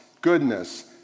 goodness